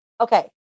okay